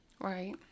Right